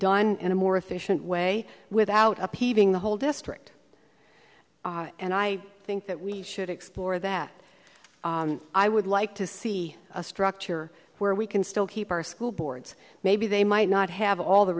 done in a more efficient way without upheaving the whole district and i think that we should explore that i would like to see a structure where we can still keep our school boards maybe they might not have all the